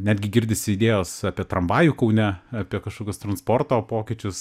netgi girdisi idėjos apie tramvajų kaune apie kažkokius transporto pokyčius